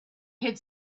had